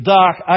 dark